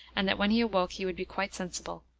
and that when he awoke he would be quite sensible.